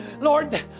Lord